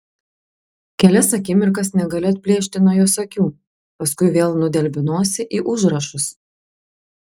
kelias akimirkas negaliu atplėšti nuo jos akių paskui vėl nudelbiu nosį į užrašus